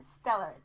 Stellar